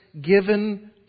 given